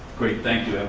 great. thank you,